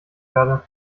werde